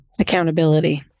accountability